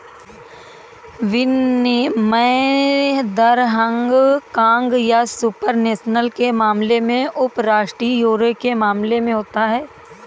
विनिमय दर हांगकांग या सुपर नेशनल के मामले में उपराष्ट्रीय यूरो के मामले में होता है